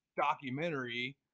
documentary